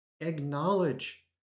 acknowledge